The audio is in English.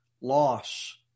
loss